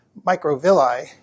microvilli